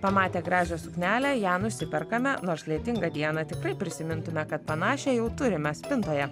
pamatę gražią suknelę ją nusiperkame nors lietingą dieną tikrai prisimintume kad panašią jau turime spintoje